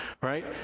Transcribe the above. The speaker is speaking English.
right